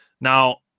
Now